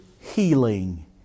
healing